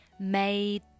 Made